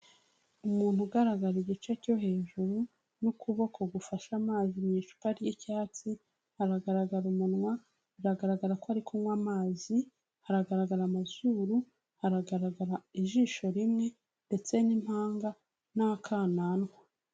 Umuntu ugaragara igice cyo hejuru n'ukuboko gufashe amazi mu icupa ry'icyatsi, haragaragara umunwa, biragaragara ko ari kunywa amazi, haragaragara amazuru, haragaragara ijisho rimwe ndetse n'impanga n'akananwa.